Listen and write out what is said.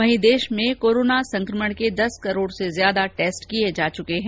वहीं देश में कोरोना संकमण के दस करोड़ से ज्यादा टेस्ट किए जा चुके हैं